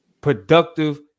productive